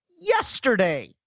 yesterday